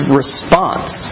response